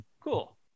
cool